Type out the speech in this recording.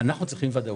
אנחנו צריכים ודאות.